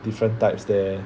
different types there